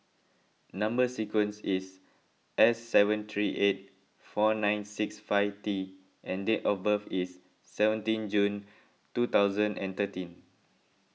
Number Sequence is S seven three eight four nine six five T and date of birth is seventeen June two thousand and thirteen